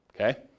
okay